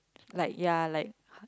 like ya like h~